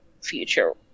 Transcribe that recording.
future